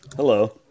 Hello